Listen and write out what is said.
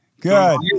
Good